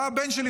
בא הבן שלי,